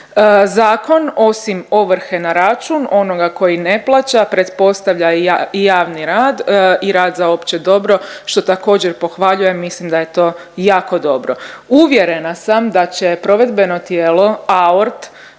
Zakon osim ovrhe na račun onoga koji ne plaća pretpostavlja i javni rad i rad za opće dobro što također pohvaljujem, mislim da je to jako dobro. Uvjerena sam da će provedbeno tijelo AORT